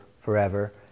forever